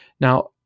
Now